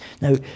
Now